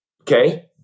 Okay